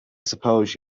suppose